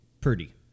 Purdy